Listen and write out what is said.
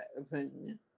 opinion